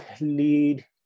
lead